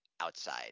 outside